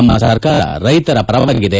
ನಮ್ನ ಸರ್ಕಾರ ರೈತರ ಪರವಾಗಿದೆ